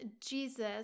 Jesus